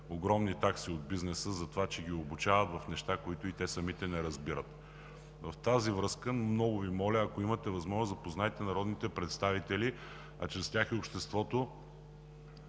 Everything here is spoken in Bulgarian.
огромни такси от бизнеса за това, че ги обучават в неща, които и те самите не разбират. В тази връзка много Ви моля, ако имате възможност, запознайте народните представители, а чрез тях и обществото,